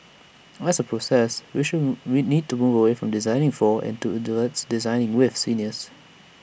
as A process we should we need to move away from 'designing for' and towards 'designing with' seniors